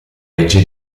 legge